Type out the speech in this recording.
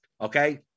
Okay